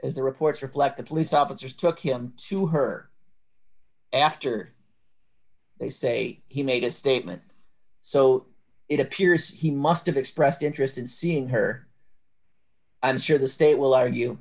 as the reports reflect the police officers took him to her after they say he made a statement so it appears he must have expressed interest in seeing her i'm sure the state d will argue